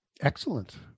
Excellent